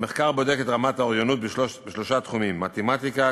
המחקר בודק את רמת האוריינות בשלושה תחומים: מתמטיקה,